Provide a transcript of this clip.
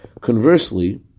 Conversely